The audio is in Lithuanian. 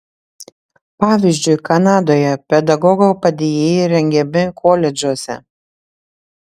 pavyzdžiui kanadoje pedagogo padėjėjai rengiami koledžuose